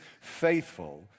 faithful